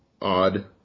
odd